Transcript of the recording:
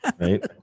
Right